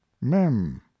Mem